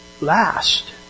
last